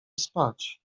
spać